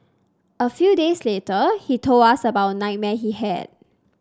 a few days later he told us about nightmare he had